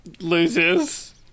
Loses